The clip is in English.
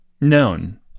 Known